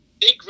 Big